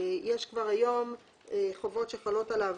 יש כבר היום חובות שחלות עליו,